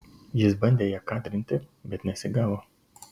jis bandė ją kadrinti bet nesigavo